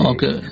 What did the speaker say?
Okay